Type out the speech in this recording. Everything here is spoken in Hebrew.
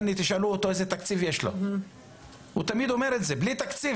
הינה תשאלו אותו איזה תקציב יש לו הוא תמיד אומר את זה בלי תקציב,